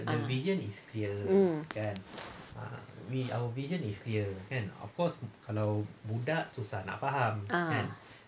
um ah